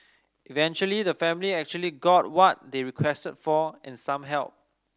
eventually the family actually got what they requested for and some help